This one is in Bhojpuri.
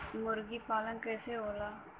मुर्गी पालन कैसे होला?